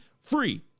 free